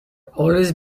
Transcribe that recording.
always